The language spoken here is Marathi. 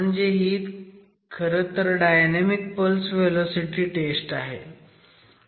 म्हणजे ही खरं तर डायनॅमिक पल्स व्हेलॉसिटी टेस्ट आहे